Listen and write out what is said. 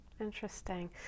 interesting